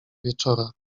wieczora